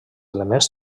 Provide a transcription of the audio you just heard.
elements